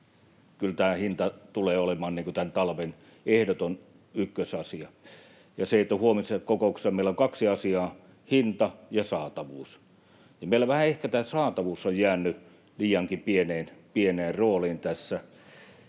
Kyllä tämä hinta tulee olemaan tämän talven ehdoton ykkösasia. Huomisessa kokouksessa meillä on kaksi asiaa: hinta ja saatavuus. Meillä vähän ehkä tämä saatavuus on jäänyt liiankin pieneen rooliin tässä,